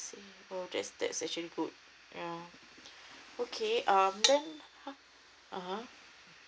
I see that's that's actually good uh okay um then uh a'ah